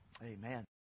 Amen